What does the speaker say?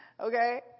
okay